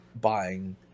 buying